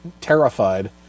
terrified